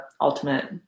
ultimate